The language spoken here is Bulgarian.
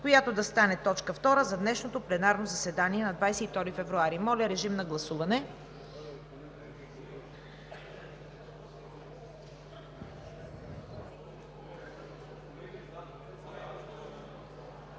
която да стане точка втора за днешното пленарно заседание на 22 февруари 2019 г. Моля, режим на гласуване.